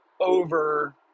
over